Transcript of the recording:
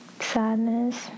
Sadness